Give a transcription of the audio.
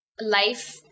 life